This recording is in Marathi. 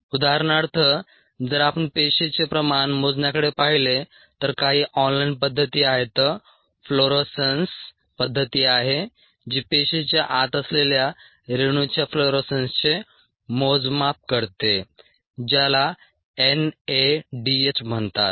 उदाहरणार्थ जर आपण पेशीचे प्रमाण मोजण्याकडे पाहिले तर काही ऑन लाइन पद्धती आहेत फ्लोरोसन्स पद्धती आहे जी पेशीच्या आत असलेल्या रेणूच्या फ्लोरोसन्सचे मोजमाप करते ज्याला एनएडीएच म्हणतात